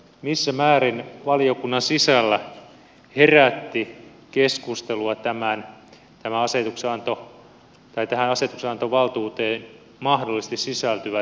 missä määrin valiokunnan sisällä herätti keskustelua tähän asetuksenantovaltuuteen mahdollisesti sisältyvät riskit